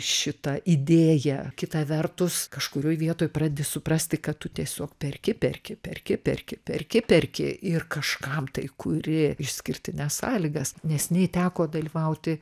šitą idėją kita vertus kažkurioj vietoj pradedi suprasti kad tu tiesiog perki perki perki perki perki perki ir kažkam tai kuri išskirtines sąlygas neseniai teko dalyvauti